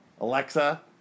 alexa